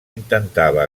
intentava